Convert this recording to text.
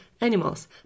animals